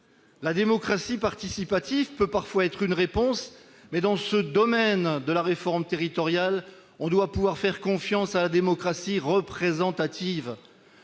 La démocratie participative peut parfois être une réponse, mais, dans ce domaine de la réforme territoriale, on doit pouvoir faire confiance à la démocratie représentative.